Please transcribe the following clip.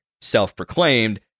self-proclaimed